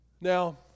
Now